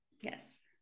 Yes